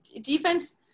defense